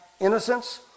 innocence